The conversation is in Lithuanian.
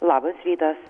labas rytas